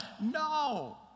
No